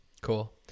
cool